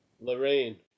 lorraine